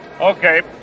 Okay